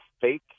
fake